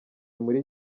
muri